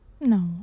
no